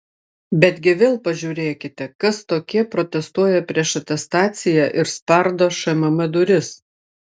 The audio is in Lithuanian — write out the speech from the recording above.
betgi vėl pažiūrėkite kas tokie protestuoja prieš atestaciją ir spardo šmm duris